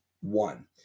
one